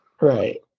right